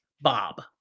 Bob